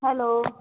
hello